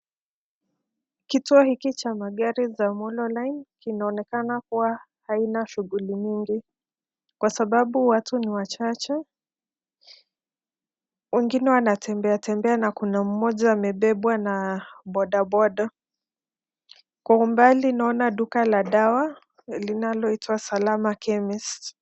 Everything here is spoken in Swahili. Kituo hiki za magari za Molo Line kina onekana kuwa hakina shughuli nyingi kwa sababu watu ni wachache, wengine wana tembea tembea na kuna mmoja amebebwa na boda boda, kwa umbali tuna ona duka la dawa linalo itwa Salama Chemist .